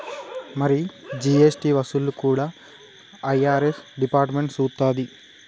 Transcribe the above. మరి జీ.ఎస్.టి వసూళ్లు కూడా ఐ.ఆర్.ఎస్ డిపార్ట్మెంట్ సూత్తది